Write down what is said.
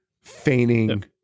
feigning